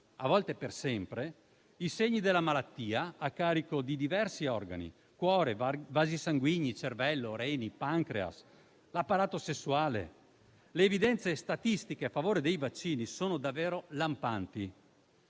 a volte per sempre, i segni della malattia a carico di diversi organi: cuore, vasi sanguigni, cervello, reni, pancreas, apparato sessuale. Le evidenze statistiche a favore dei vaccini sono davvero lampanti;